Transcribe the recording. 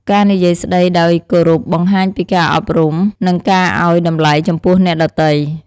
ការនិយាយស្តីដោយគោរពបង្ហាញពីការអប់រំ និងការឱ្យតម្លៃចំពោះអ្នកដទៃ។